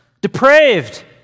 depraved